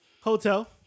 Hotel